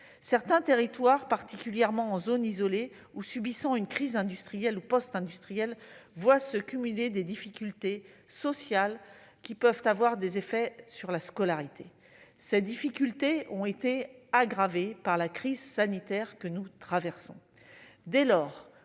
Certains territoires, particulièrement en zone isolée ou subissant une crise industrielle ou postindustrielle, voient se cumuler des difficultés sociales qui peuvent avoir des effets scolaires. Et ces dernières ont été aggravées par la crise sanitaire que nous traversons. Dès lors,